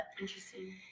Interesting